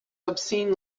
obscene